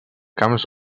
camps